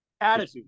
Attitude